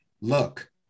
look